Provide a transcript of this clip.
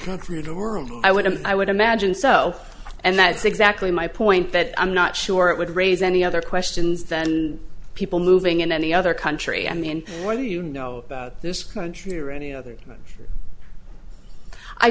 country in the world i wouldn't i would imagine so and that's exactly my point that i'm not sure it would raise any other questions than the people moving in any other country and or you know about this country or any other i